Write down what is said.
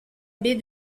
baie